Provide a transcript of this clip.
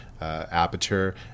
aperture